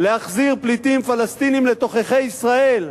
להחזיר פליטים פלסטינים לתוככי ישראל.